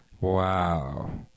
Wow